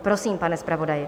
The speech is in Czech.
Prosím, pane zpravodaji.